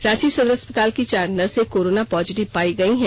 रांची सदर अस्पताल की चार नर्से कोरोना पॉजिटिव पाई गई हैं